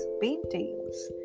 paintings